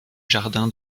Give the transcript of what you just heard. jardin